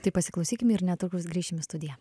tai pasiklausykime ir netrukus grįšim į studiją